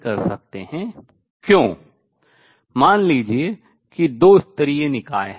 जितना अधिक मैं ऊपरी स्तर पर पंप करता हूँ उतने ही अधिक परमाणु नीचे आते हैं